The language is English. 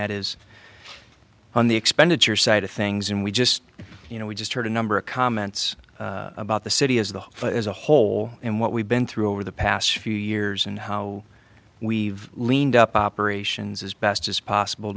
that is on the expenditure side of things and we just you know we just heard a number of comments about the city as the as a whole and what we've been through over the past few years and how we've leaned up operations as best as possible